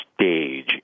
stage